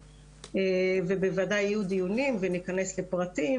ובוודאי יהיו דיונים וניכנס לפרטים,